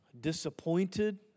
disappointed